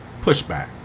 pushback